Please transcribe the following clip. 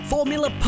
Formula